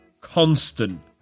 constant